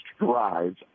drives